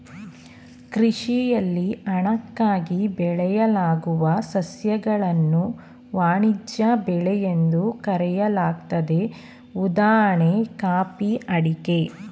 ಕೃಷಿಯಲ್ಲಿ ಹಣಕ್ಕಾಗಿ ಬೆಳೆಯಲಾಗುವ ಸಸ್ಯಗಳನ್ನು ವಾಣಿಜ್ಯ ಬೆಳೆ ಎಂದು ಕರೆಯಲಾಗ್ತದೆ ಉದಾಹಣೆ ಕಾಫಿ ಅಡಿಕೆ